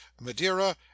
madeira